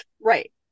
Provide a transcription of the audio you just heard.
right